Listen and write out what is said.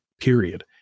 Period